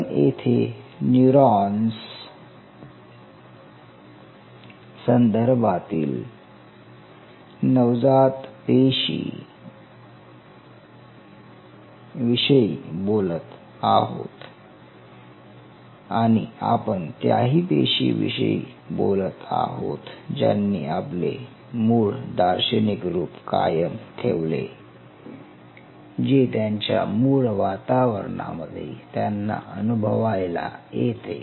आपण येथे न्यूरॉन्स संदर्भातील नवजात पेशीं विषयी बोलत आहोत आणि आपण त्याही पेशी विषयी बोलत आहोत ज्यांनी आपले मूळ दार्शनिक रूप कायम ठेवले जे त्यांच्या मूळ वातावरणामध्ये त्यांना अनुभवायला येते